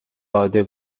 ساده